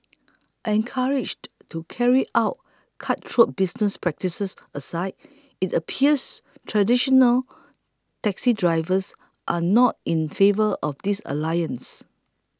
encouraged to carry out cutthroat business practices aside it appears traditional taxi drivers are not in favour of this alliance